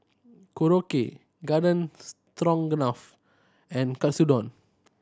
Korokke Garden Stroganoff and Katsudon